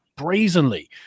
brazenly